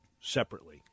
separately